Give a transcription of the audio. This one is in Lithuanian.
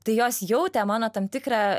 tai jos jautė mano tam tikrą